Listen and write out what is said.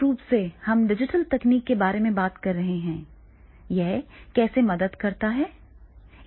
तो यह मूल रूप से हम डिजिटल तकनीक के बारे में बात कर रहे हैं यह कैसे मदद करता है